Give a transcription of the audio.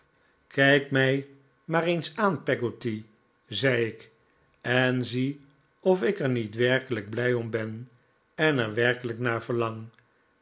kijk mij maar eens aan peggotty zei ik en zie of ik er niet werkelijk blij om ben en er werkelijk naar verlang